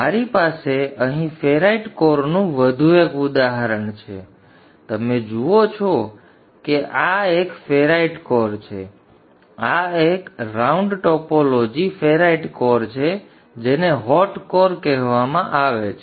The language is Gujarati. મારી પાસે અહીં ફેરાઇટ કોરનું વધુ એક ઉદાહરણ છે તમે જુઓ છો કે આ એક ફેરાઇટ કોર છે આ એક રાઉન્ડ ટોપોલોજી ફેરાઇટ કોર છે જેને હોટ કોર કહેવામાં આવે છે